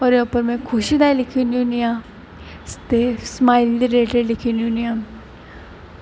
ओह्दे उप्पर में खुशी दा लिखी ओड़नी होनी आं ते स्माइल दे रिलेटिड लिखी ओड़नी होनी आं